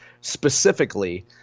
Specifically